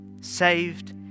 Saved